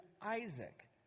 Isaac